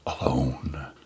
alone